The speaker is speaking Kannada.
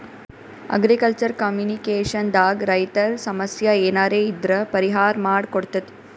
ಅಗ್ರಿಕಲ್ಚರ್ ಕಾಮಿನಿಕೇಷನ್ ದಾಗ್ ರೈತರ್ ಸಮಸ್ಯ ಏನರೇ ಇದ್ರ್ ಪರಿಹಾರ್ ಮಾಡ್ ಕೊಡ್ತದ್